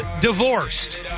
divorced